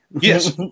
Yes